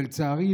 ולצערי,